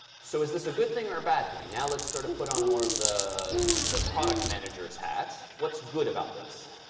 so is this a good thing or a bad thing? now, let's sort of put on more of the the product manager's hat. what's good about this?